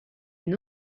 une